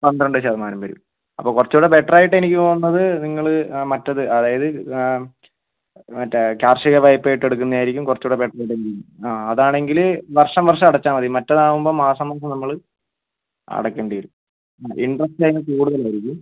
പന്ത്രണ്ട് ശതമാനം വരും അപ്പോൾ കുറച്ച് കൂടി ബെറ്ററായിട്ട് എനിക്ക് തോന്നുന്നത് നിങ്ങൾ മറ്റത് അതായത് മറ്റേ കാർഷിക വായ്പയായിട്ട് എടുക്കുന്നത് ആയിരിക്കും കുറച്ച് കൂടി ബെറ്ററായി ആ അതാണെങ്കിൽ വർഷം വർഷം അടച്ചാൽ മതി മറ്റേതാവുമ്പോൾ മാസം മാസം നമ്മൾ അടക്കേണ്ടി വരും ഇൻട്രസ്റ്റ് അതിന് കൂടുതലായിരിക്കും